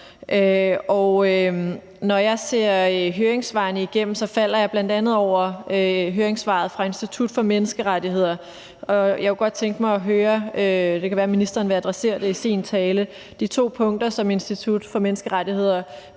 når jeg ser høringssvarene igennem, falder jeg bl.a. over høringssvaret fra Institut for Menneskerettigheder. Og jeg kunne godt tænke mig at høre om noget i forhold til de to punkter, som Institut for Menneskerettigheder